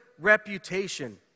reputation